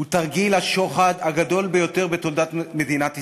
הוא תרגיל השוחד הגדול ביותר בתולדות מדינת ישראל.